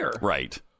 Right